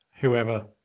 whoever